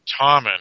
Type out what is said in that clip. Tommen